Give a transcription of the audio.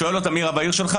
שואל אותם מי הרב העיר שלהם,